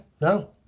no